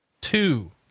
two